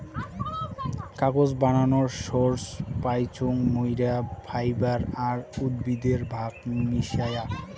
কাগজ বানানোর সোর্স পাইচুঙ মুইরা ফাইবার আর উদ্ভিদের ভাগ মিশায়া